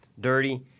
dirty